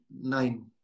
nine